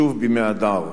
שוב בימי אדר,